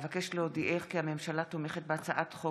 אבקש להודיעך כי הממשלה תומכת הצעת חוק